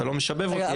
אתה לא משבב אותי,